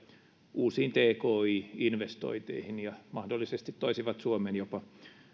uusiin tki investointeihin ja mahdollisesti toisivat suomeen jopa